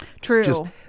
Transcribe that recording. true